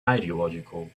ideological